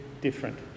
different